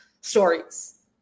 stories